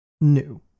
new